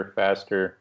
faster